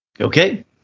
okay